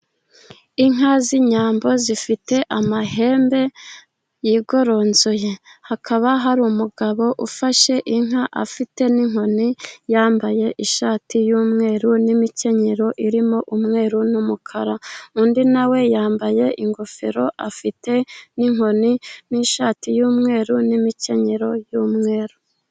Inka z'inyambo zifite amahembe yigoronzoye , hakaba hari umugabo ufashe inka afite n'inkoni , yambaye ishati y'umweru n'imikenyero irimo umweru n'umukara, undi nawe yambaye ingofero afite n'inkoni n'ishati y'umweru n'imikenyero y'umweru.